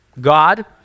God